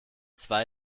zwei